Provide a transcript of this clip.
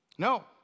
No